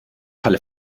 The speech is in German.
falle